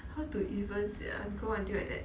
how to even sia grow until like that